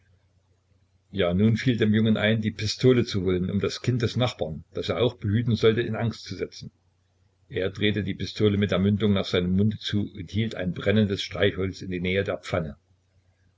ja nun fiel dem jungen ein die pistole zu holen um das kind des nachbarn das er auch behüten sollte in angst zu setzen er drehte die pistole mit der mündung nach seinem munde zu und hielt ein brennendes streichholz in die nähe der pfanne